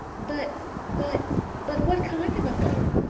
but but but what kind of a hole?